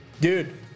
dude